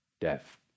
death